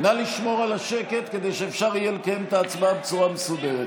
נא לשמור על השקט כדי שאפשר יהיה לקיים את ההצבעה בצורה מסודרת.